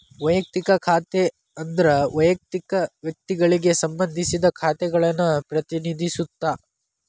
ವಯಕ್ತಿಕ ಖಾತೆ ಅಂದ್ರ ವಯಕ್ತಿಕ ವ್ಯಕ್ತಿಗಳಿಗೆ ಸಂಬಂಧಿಸಿದ ಖಾತೆಗಳನ್ನ ಪ್ರತಿನಿಧಿಸುತ್ತ